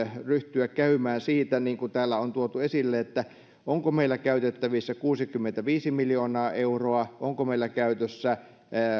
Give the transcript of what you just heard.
ryhtyä käymään siitä niin kuin täällä on tuotu esille onko meillä käytettävissä kuusikymmentäviisi miljoonaa euroa onko meillä käytössä